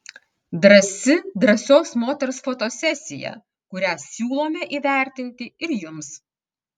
drąsi drąsios moters fotosesija kurią siūlome įvertinti ir jums